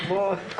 הוא יהיה